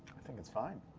i think it's fine.